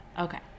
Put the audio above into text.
okay